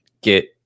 get